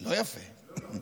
לא יפה.